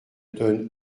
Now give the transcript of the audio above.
donne